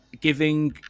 giving